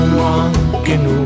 walking